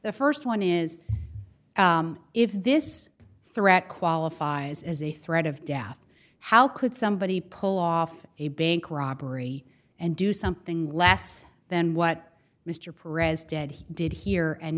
the st one is if this threat qualifies as a threat of death how could somebody pull off a bank robbery and do something less than what mr pres did he did here and